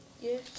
Yes